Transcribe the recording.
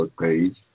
page